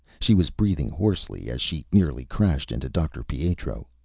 she was breathing hoarsely as she nearly crashed into dr. pietro.